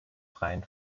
freien